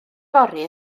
fory